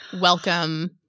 welcome